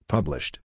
Published